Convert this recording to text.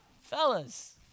Fellas